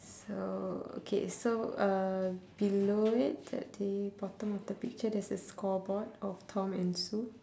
so okay so uh below it at the bottom of the picture there's a scoreboard of tom and sue